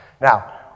Now